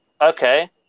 Okay